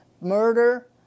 murder